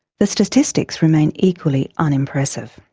the statistics remain equally unimpressive.